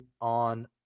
on